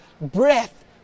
Breath